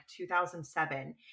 2007